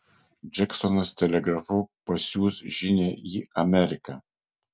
džeksonas telegrafu pasiųs žinią į ameriką